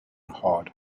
hard